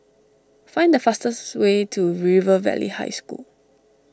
find the fastest way to River Valley High School